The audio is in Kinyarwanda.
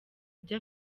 ibyo